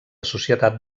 societat